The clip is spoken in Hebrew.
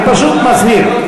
אני פשוט מזהיר.